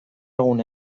egun